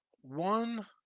one